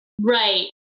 Right